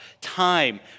time